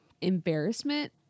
embarrassment